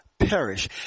perish